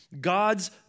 God's